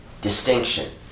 distinction